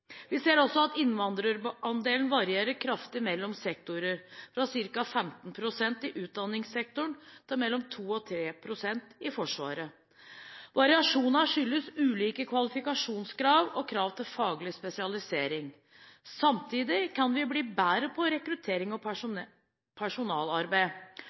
Vi ser også at innvandrerandelen varierer kraftig mellom sektorer, fra ca. 15 pst. i utdanningssektoren til mellom 2 og 3 pst. i Forsvaret. Variasjonene skyldes ulike kvalifikasjonskrav og krav til faglig spesialisering. Samtidig kan vi bli bedre på rekruttering og